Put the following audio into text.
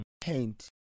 paint